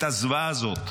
את הזוועה הזאת?